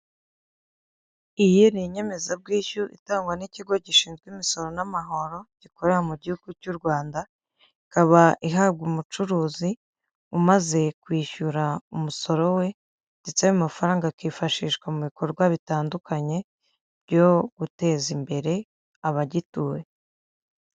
Iyi ni inyemezabwishyu itangwa n'ikigo gishinzwe imisoro n'amahoro, gikorera mu gihugu cy'u Rwanda ikaba ihabwa umucuruzi umaze kwishyura umusoro we, ndetse n'amafaranga akifashishwa mu bikorwa bitandukanye byo guteza imbere abagituye.